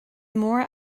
mór